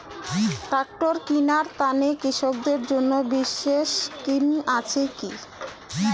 Tractor কিনার তানে কৃষকদের জন্য বিশেষ স্কিম আছি কি?